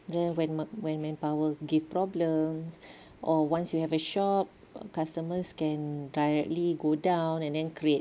dia when manpower give problems or once you have a shop customers can directly go down and then create